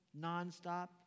nonstop